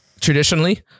Traditionally